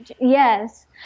yes